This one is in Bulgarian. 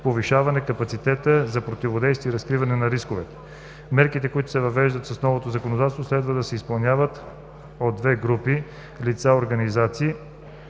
повишаването капацитета за противодействие и разкриване на рисковете. Мерките, които се въвеждат с новото законодателство, следва да се изпълняват от две групи лица/организации.